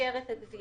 לאפשר את הגבייה.